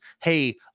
Hey